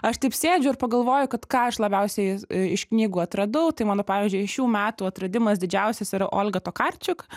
aš taip sėdžiu ir pagalvoju kad ką aš labiausiai iš knygų atradau tai mano pavyzdžiui šių metų atradimas didžiausias yra olga tokarčiuk